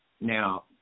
now